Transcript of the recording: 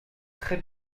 très